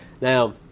Now